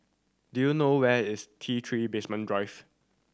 do you know where is T Three Basement Drive